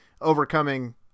overcoming